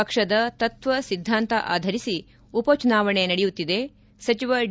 ಪಕ್ಷದ ತತ್ವ ಸಿದ್ದಾಂತ ಆಧರಿಸಿ ಉಪ ಚುನಾವಣೆ ನಡೆಯುತ್ತಿದೆ ಸಚಿವ ಡಿ